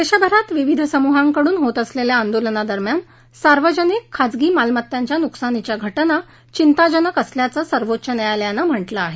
देशभरात विविध समूहांकडून होत असलेल्या आंदोलनादरम्यान सार्वजनिक खासगी मालमत्तांच्या नुकसानीच्या घटना चिंताजनक असल्याचं सर्वोच्च न्यायालयानं म्हटलं आहे